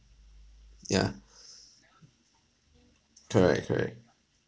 yeah correct correct